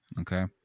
Okay